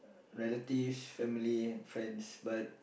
relatives family friends but